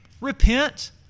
Repent